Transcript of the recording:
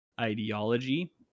ideology